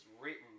written